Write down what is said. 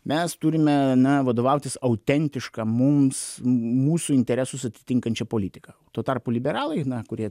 mes turime na vadovautis autentiška mums mūsų interesus atitinkančia politika tuo tarpu liberalai kurie